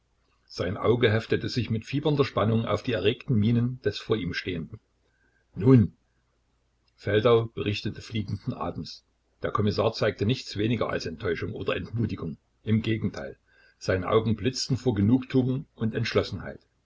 sein auge heftete sich mit fiebernder spannung auf die erregten mienen des vor ihm stehenden nun feldau berichtete fliegenden atems der kommissar zeigte nichts weniger als enttäuschung oder entmutigung im gegenteil seine augen blitzten vor genugtuung und entschlossenheit